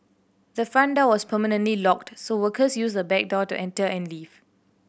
the front door was permanently locked so workers used the back door to enter and leave